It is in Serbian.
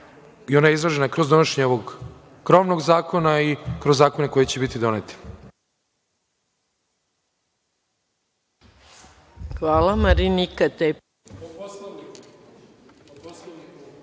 i ona je izražena kroz donošenje ovog krovnog zakona i kroz zakone koji će biti doneti.